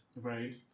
Right